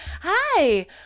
hi